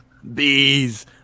bees